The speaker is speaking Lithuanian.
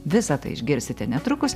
visa tai išgirsite netrukus